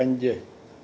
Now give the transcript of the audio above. पंज